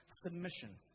submission